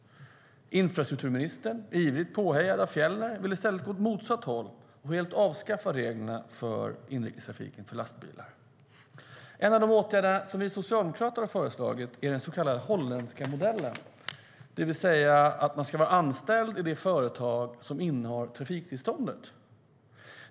Infrastrukturministern, ivrigt påhejad av Fjellner, vill i stället gå åt motsatt håll och helt avskaffa reglerna för inrikestrafiken för lastbilar. En av de åtgärder vi socialdemokrater har föreslagit är den så kallade holländska modellen, det vill säga att man ska vara anställd i det företag som innehar trafiktillståndet.